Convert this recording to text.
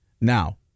Now